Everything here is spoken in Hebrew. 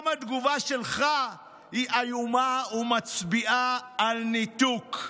גם התגובה שלך היא איומה ומצביעה על ניתוק.